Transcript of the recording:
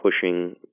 pushing